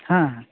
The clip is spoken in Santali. ᱦᱮᱸ ᱦᱮᱸ